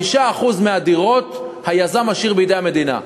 5% מהדירות היזם משאיר בידי המדינה.